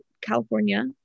California